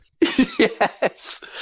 Yes